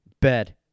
bed